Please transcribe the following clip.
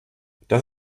das